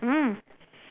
mm